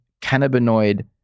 cannabinoid